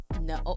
No